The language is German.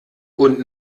und